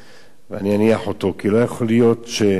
כי לא יכול להיות שתהיה איזו החלטה,